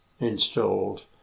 Installed